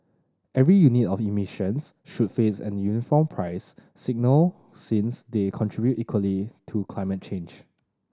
every unit of emissions should face a uniform price signal since they contribute equally to climate change